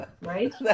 right